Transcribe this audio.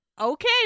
Okay